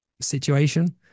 situation